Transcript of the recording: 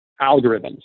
algorithms